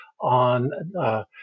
on